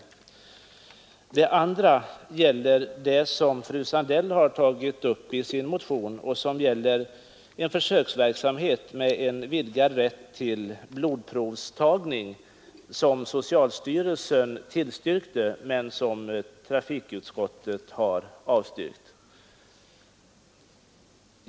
Onsdagen den Det andra området är det som fröken Sandell har tagit upp i sin 14 november 1973 motion om försöksverksamhet med vidgad rätt till blodprovstagning. ——— Socialstyrelsen har tillstyrkt men trafikutskottet har avstyrkt den Stora Sjöfallets motionen.